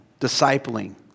discipling